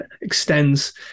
extends